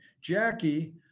Jackie